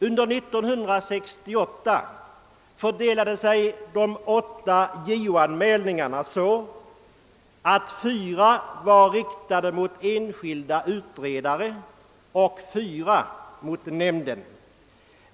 Under år 1968 fördelade sig de åtta JO-anmälningarna så, att fyra var riktade mot enskilda utredare och fyra mot nämnden.